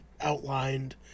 outlined